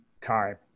time